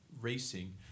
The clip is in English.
racing